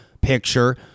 picture